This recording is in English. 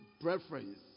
preference